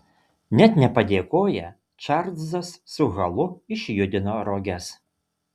net nepadėkoję čarlzas su halu išjudino roges